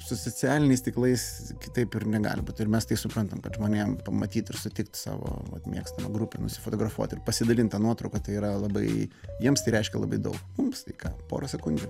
su socialiniais tinklais kitaip ir negali būt ir mes tai suprantam kad žmonėm pamatyt ir sutikt savo mėgstamų grupių nusifotografuot ir pasidalint ta nuotrauka tai yra labai jiems tai reiškia labai daug mums tai ką porą sekundžių